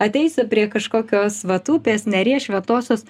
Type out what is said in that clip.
ateisiu prie kažkokios vat upės neries šventosios